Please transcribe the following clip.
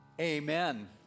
Amen